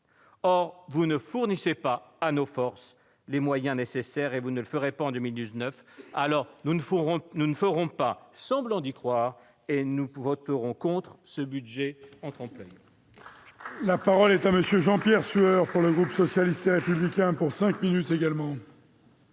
Or vous ne fournissez pas à nos forces les moyens nécessaires et vous ne le ferez pas en 2019. Nous ne ferons pas semblant d'y croire, et nous voterons donc contre ce budget en trompe-l'oeil.